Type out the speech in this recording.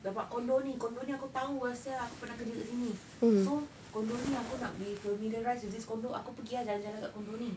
nampak condo ni condo ni aku tahu ah sia aku pernah kerja dekat sini so condo ni aku nak be familiarize with this condo aku pergi ah jalan-jalan dekat condo ni